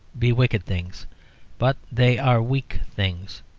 be wicked things but they are weak things.